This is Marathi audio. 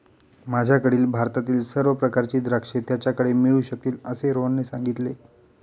माझ्याकडील भारतातील सर्व प्रकारची द्राक्षे त्याच्याकडे मिळू शकतील असे रोहनने सांगितले